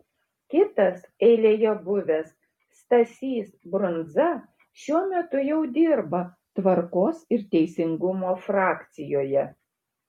kitas eilėje buvęs stasys brundza šiuo metu jau dirba tvarkos ir teisingumo frakcijoje